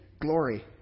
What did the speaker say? glory